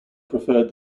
preferred